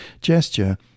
gesture